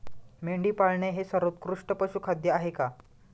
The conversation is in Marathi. मेंढी पाळणे हे सर्वोत्कृष्ट पशुखाद्य आहे का?